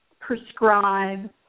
prescribe